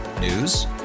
News